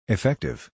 Effective